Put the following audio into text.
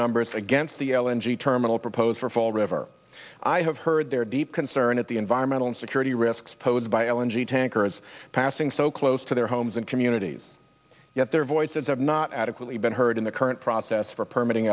numbers against the l n g terminal proposed for fall river i have heard their deep concern at the environmental and security risks posed by l and g tankers passing so close to their homes and communities yet their voices have not adequately been heard in the current process for permitting